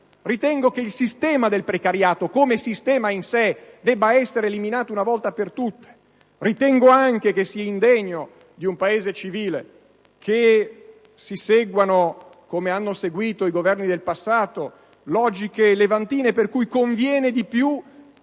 Ritengo che il sistema del precariato, come sistema in sé, debba essere eliminato una volta per tutte; ritengo anche che sia indegno di un Paese civile che si seguano, come hanno seguito i Governi del passato, logiche levantine per cui conviene di più